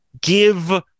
give